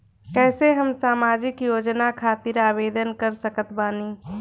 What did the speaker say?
कैसे हम सामाजिक योजना खातिर आवेदन कर सकत बानी?